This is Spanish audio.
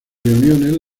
reuniones